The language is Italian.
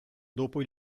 dopo